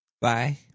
Bye